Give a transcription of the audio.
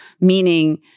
meaning